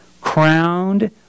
crowned